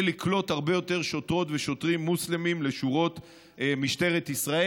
לקלוט הרבה יותר שוטרות ושוטרים מוסלמים לשורות משטרת ישראל.